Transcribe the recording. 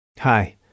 Hi